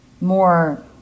More